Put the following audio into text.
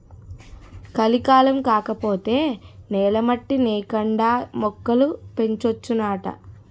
కలికాలం కాకపోతే నేల మట్టి నేకండా మొక్కలు పెంచొచ్చునాట